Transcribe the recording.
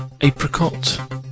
apricot